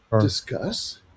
discuss